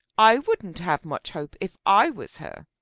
i wouldn't have much hope if i was her.